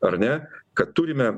ar ne kad turime